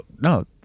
No